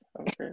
Okay